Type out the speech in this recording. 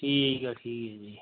ਠੀਕ ਹੈ ਠੀਕ ਜੀ